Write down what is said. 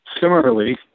Similarly